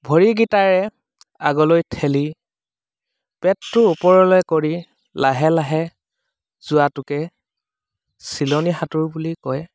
ভৰিগিটাৰে আগলৈ ঠেলি পেটটো ওপৰলৈ কৰি লাহে লাহে যোৱাটোকে চিলনী সাঁতোৰ বুলি কয়